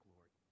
Lord